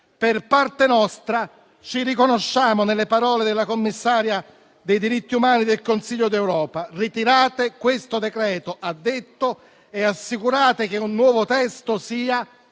Per parte nostra, ci riconosciamo nelle parole della commissaria per i diritti umani del Consiglio d'Europa: ritirate questo decreto-legge - ha detto - e assicurate che un nuovo testo sia